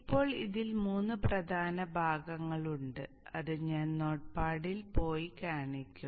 ഇപ്പോൾ അതിൽ മൂന്ന് പ്രധാന ഭാഗങ്ങളുണ്ട് അത് ഞാൻ നോട്ട്പാഡിൽ പോയി കാണിക്കും